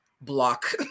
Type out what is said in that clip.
block